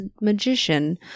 magician